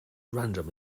random